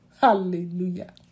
Hallelujah